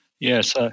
Yes